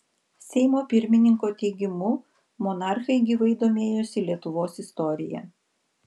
seimo pirmininko teigimu monarchai gyvai domėjosi lietuvos istorija